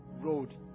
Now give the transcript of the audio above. road